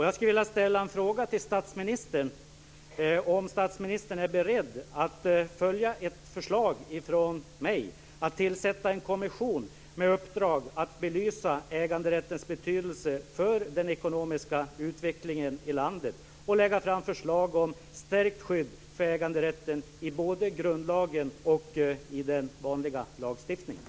Jag skulle vilja ställa en fråga till statsministern om statsministern är beredd att följa ett förslag från mig att tillsätta en kommission med uppdrag att belysa äganderättens betydelse för den ekonomiska utvecklingen i landet och lägga fram förslag om stärkt skydd för äganderätten i både grundlagen och den vanliga lagstiftningen.